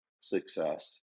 success